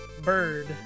Bird